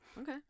Okay